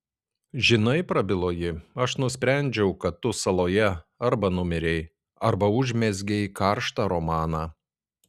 žinai prabilo ji aš nusprendžiau kad tu saloje arba numirei arba užmezgei karštą romaną